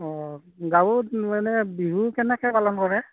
অঁ গাঁৱত মানে বিহু কেনেকৈ পালন কৰে